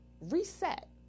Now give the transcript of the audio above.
reset